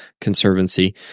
conservancy